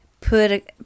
Put